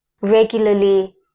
regularly